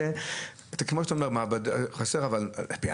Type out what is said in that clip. זה כמו שאתה אומר, חסר אבל בפענוח?